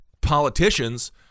politicians